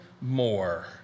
more